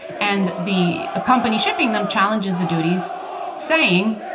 and the ah company shipping them challenges the duties saying,